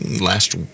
last